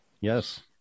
yes